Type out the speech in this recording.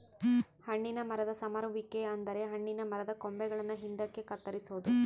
ಹಣ್ಣಿನ ಮರದ ಸಮರುವಿಕೆ ಅಂದರೆ ಹಣ್ಣಿನ ಮರದ ಕೊಂಬೆಗಳನ್ನು ಹಿಂದಕ್ಕೆ ಕತ್ತರಿಸೊದು